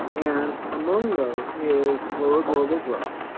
and among those is slower global growth,